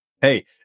Hey